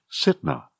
Sitna